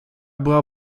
była